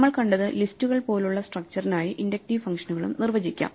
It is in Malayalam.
നമ്മൾ കണ്ടത് ലിസ്റ്റുകൾ പോലുള്ള സ്ട്രക്ച്ചറിനായി ഇൻഡക്റ്റീവ് ഫംഗ്ഷനുകളും നിർവചിക്കാം